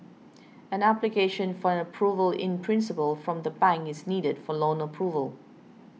an application for an Approval in Principle from the bank is needed for loan approval